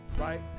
right